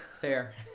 fair